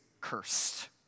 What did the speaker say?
cursed